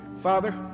Father